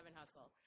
hustle